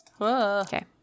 Okay